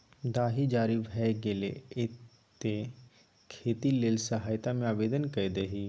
दाही जारी भए गेलौ ये तें खेती लेल सहायता मे आवदेन कए दही